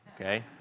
Okay